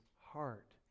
heart